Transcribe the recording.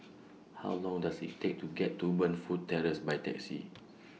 How Long Does IT Take to get to Burnfoot Terrace By Taxi